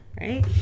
right